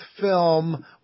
film